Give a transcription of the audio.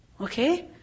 Okay